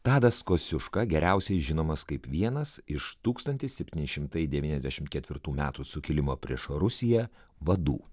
tadas kosciuška geriausiai žinomas kaip vienas iš tūkstantis septyni šimtai devyniasdešimt ketvirtų metų sukilimo prieš rusiją vadų